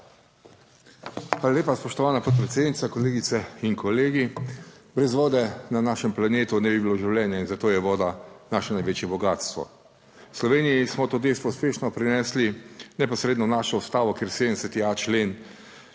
Hvala lepa, spoštovana podpredsednica. Kolegice in kolegi. Brez vode na našem planetu ne bi bilo življenja in zato je voda naše največje bogastvo. V Sloveniji smo to dejstvo uspešno prenesli neposredno v našo Ustavo, kjer 70.a člen